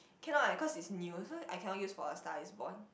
cannot eh cause is new so I cannot use for a Star Is Born